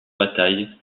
bataille